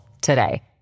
today